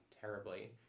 terribly